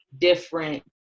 different